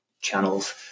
channels